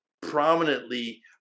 prominently